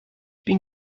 bin